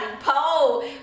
pole